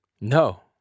No